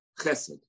chesed